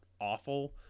awful